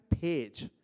page